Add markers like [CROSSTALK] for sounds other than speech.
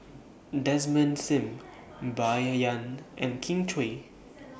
Desmond SIM [NOISE] Bai Yan and Kin Chui